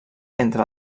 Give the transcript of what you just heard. entre